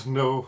no